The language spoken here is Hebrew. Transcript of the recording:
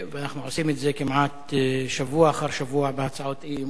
ואנחנו עושים את זה כמעט שבוע אחרי שבוע בהצעות אי-אמון,